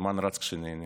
הזמן רץ כשנהנים.